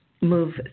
move